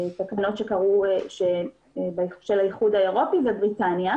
תקנות של האיחוד האירופי ובריטניה,